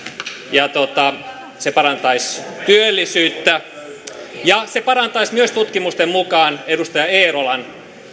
ja se parantaisi työllisyyttä ja se parantaisi tutkimusten mukaan myös edustaja eerolan